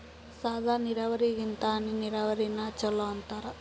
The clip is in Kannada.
ಸಾದ ನೀರಾವರಿಗಿಂತ ಹನಿ ನೀರಾವರಿನ ಚಲೋ ಅಂತಾರ